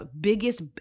biggest